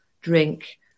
drink